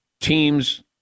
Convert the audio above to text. teams